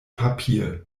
papier